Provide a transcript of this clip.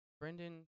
Brendan